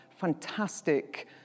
fantastic